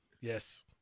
Yes